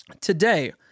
today